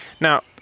Now